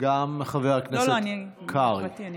וגם חבר הכנסת קרעי.